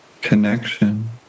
connection